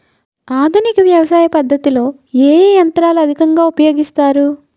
ఆధునిక వ్యవసయ పద్ధతిలో ఏ ఏ యంత్రాలు అధికంగా ఉపయోగిస్తారు?